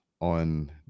on